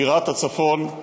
בירת הצפון,